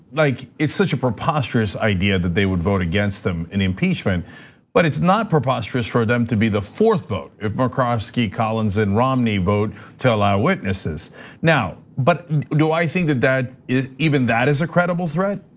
like it's such a preposterous idea that they would vote against them and impeach him and but it's not preposterous for them to be the fourth vote if markowski collins and romney vote to allow witnesses now, but do i think that that is even that is a credible threat?